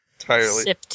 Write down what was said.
entirely